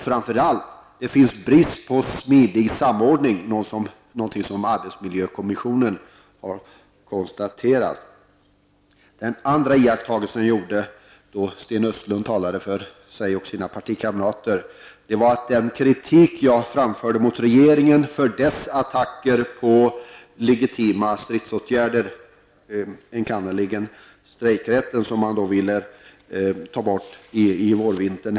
Framför allt är det på brist på smidig samordning -- någonting som arbetsmiljökommissionen har konstaterat. En annan iakttagelse gjorde jag när Sten Östlund talade för sig och sina partikamrater om den kritik jag framförde mot regeringen för dess attacker på legitima stridsåtgärder -- enkannerligen strejkrätten, vilken man ville ta bort under vårvintern.